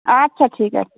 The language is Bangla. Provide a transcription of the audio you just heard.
আচ্ছা ঠিক আছে